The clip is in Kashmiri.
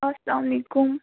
اسلام علیکُم